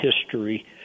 history